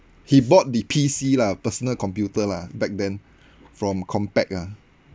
he bought the P_C lah personal computer lah back then from compaq ah